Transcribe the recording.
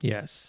Yes